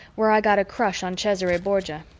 where i got a crush on cesare borgia,